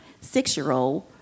six-year-old